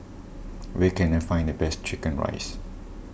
where can I find the best Chicken Rice